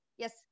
Yes